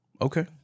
Okay